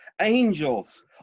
angels